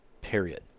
period